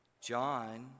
John